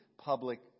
public